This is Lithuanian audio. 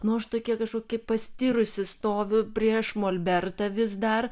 nu aš tokia kažkokia pastirusi stoviu prieš molbertą vis dar